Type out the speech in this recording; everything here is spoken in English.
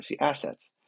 assets